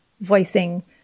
voicing